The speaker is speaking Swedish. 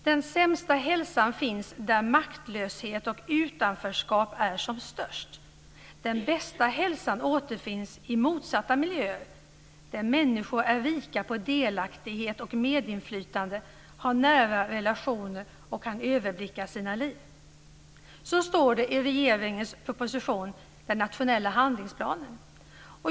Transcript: Den sämsta hälsan finns där maktlöshet och utanförskap är som störst. Den bästa hälsan återfinns i motsatta miljöer, där människor är rika på delaktighet och medinflytande, har nära relationer och kan överblicka sina liv. Så står det i regeringens proposition, den nationella handlingsplanen.